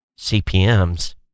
CPMs